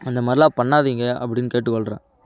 அந்தமாதிரிலான் பண்ணாதீங்க அப்படின்னு கேட்டுக்கொள்கிறேன்